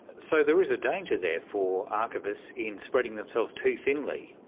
so there is a danger there for archivists in spreading themselves too thinly,